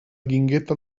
guingueta